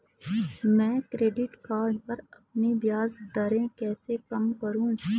मैं credit card पर अपनी ब्याज दरें कैसे कम करूँ?